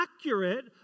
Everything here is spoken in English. accurate